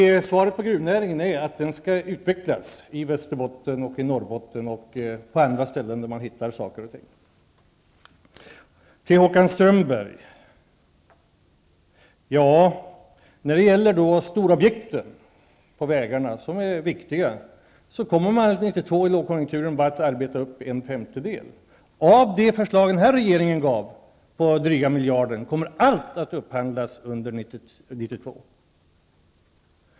Mitt svar på frågan om gruvnäringen är att denna skall utvecklas i Västerbotten, i Norrbotten och på andra ställen där fyndigheter påträffas. När det gäller de stora vägobjekten, som ju är viktiga, kommer man 1992, i en lågkonjunktur, bara att arbeta upp en femtedel. Av de förslag som den här regeringen lämnat, det rör sig om dryga miljarden i pengar, kommer allt att upphandlas under 1992.